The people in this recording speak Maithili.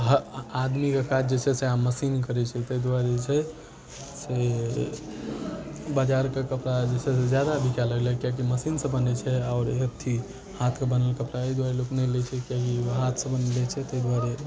आदमीके काज जे छै से मशीन करै छै तै दुआरे जे छै से बजारके कपड़ा जे छै से जादा बिकाय लगलै किएक कि मशीनसँ बनै छै आओर एथी हाथके बनल कपड़ा एहि दुआरे लोक नहि लै छै कि ओ हाथसँ बनल रहै छै तै दुआरे